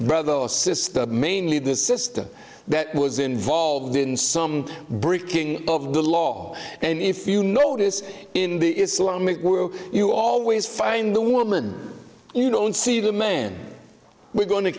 brother or sister mainly the system that was involved in some breaking of the law and if you notice in the islamic world you always find the woman you don't see the man we're going to